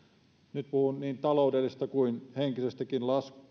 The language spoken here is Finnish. nyt puhun niin taloudellisesta kuin henkisestäkin